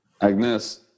Agnes